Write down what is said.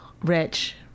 Rich